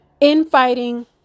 infighting